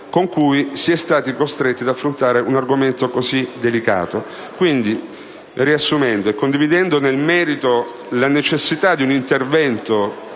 con cui si è stati costretti ad affrontare un argomento così delicato. Quindi, riassumendo e condividendo nel merito la necessità di un intervento